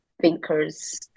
thinkers